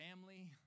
family